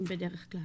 בדרך כלל.